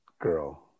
girl